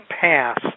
pass